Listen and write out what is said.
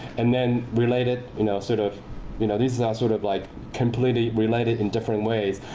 and then related you know sort of you know these and are sort of like completely related in different ways.